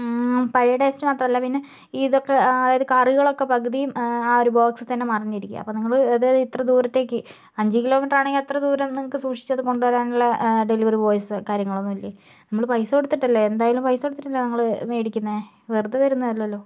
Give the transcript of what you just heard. പഴയ ടേസ്റ്റ് മാത്രമല്ല പിന്നെ ഈ ഇതൊക്കെ അതായത് കറികളൊക്കെ പകുതിയും ആ ഒരു ബോക്സിൽ തന്നെ മറിഞ്ഞിരിക്കുക അപ്പം നിങ്ങൾ അതായത് ഇത്ര ദൂരത്തേക്ക് അഞ്ച് കിലോ മീറ്റർ ആണെങ്കിൽ അത്ര ദൂരം നിങ്ങൾക്ക് സൂക്ഷിച്ച് അത് കൊണ്ടുവരാനുള്ള ഡെലിവറി ബോയ്സ് കാര്യങ്ങൾ ഒന്നുമില്ലേ നമ്മൾ പൈസ കൊടുത്തിട്ടല്ലേ എന്തായാലും പൈസ കൊടുത്തിട്ടില്ലേ നമ്മൾ മേടിക്കുന്നത് വെറുതെ തരുന്നത് അല്ലല്ലോ